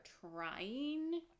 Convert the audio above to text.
trying